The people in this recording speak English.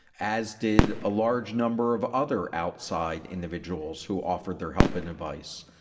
as did a large number of other outside individuals who offered their help and advice.